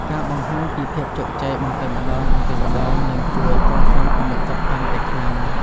ការបង្ហាញពីភាពជោគជ័យបន្តិចម្តងៗ នឹងជួយកសាងទំនុកចិត្តកាន់តែខ្លាំង។